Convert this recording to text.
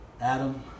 Adam